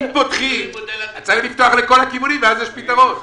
אם פותחים, צריך לפתוח לכל הכיוונים ואז יש פתרון.